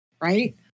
right